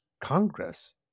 Congress